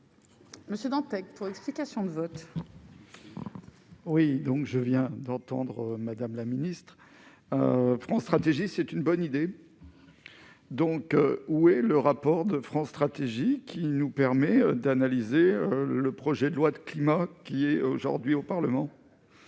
monsieur Dantec avec pour explication de vote. Oui, donc je viens d'entendre Madame la Ministre, France Stratégie c'est une bonne idée, donc où est le rapport de France Stratégie qui nous permet d'analyser le projet de loi de climat qui est aujourd'hui au Parlement.